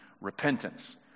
repentance